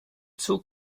zog